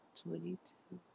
twenty-two